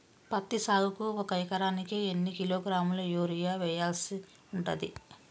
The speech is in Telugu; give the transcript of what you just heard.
పత్తి సాగుకు ఒక ఎకరానికి ఎన్ని కిలోగ్రాముల యూరియా వెయ్యాల్సి ఉంటది?